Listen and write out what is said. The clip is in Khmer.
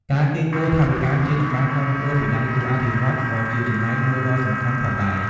ការកៀរគរថវិកាជាតិនិងការគាំទ្រពីដៃគូអភិវឌ្ឍន៍ក៏ជាចំណែកមួយដ៏សំខាន់ផងដែរ។